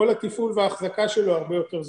כל התפעול והאחזקה שלו הרבה יותר זולים.